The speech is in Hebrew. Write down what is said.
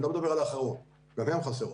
אני לא מדבר על --- גם הן חסרות,